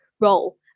role